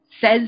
says